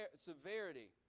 severity